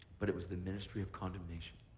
but it was the ministry of condemnation.